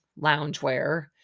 loungewear